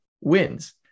wins